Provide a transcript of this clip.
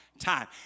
time